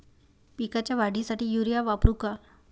पिकाच्या वाढीसाठी युरिया वापरू का?